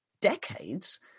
decades